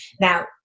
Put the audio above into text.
Now